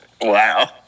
Wow